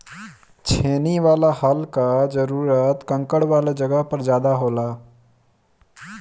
छेनी वाला हल कअ जरूरत कंकड़ वाले जगह पर ज्यादा होला